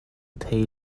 thei